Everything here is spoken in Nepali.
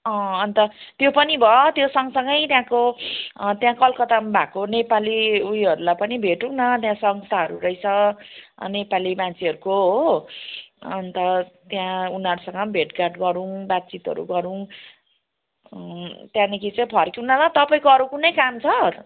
अनि त त्यो पनि भयो त्यो सँगसँगै त्यहाँको त्यहाँ कतकत्तामा भएको नेपाली ऊ योहरूलाई पनि भेटौँ न त्यहाँ संस्थाहरू रहेछ नेपाली मान्छेहरूको हो अनि त त्यहाँ उनीहरूसँग भेटघाट गरौँ बातचितहरू गरौँ त्यहाँदेखि चाहिँ फर्किऔँ न ल तपाईँको अरू कुनै काम छ